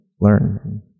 learn